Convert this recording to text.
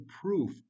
proof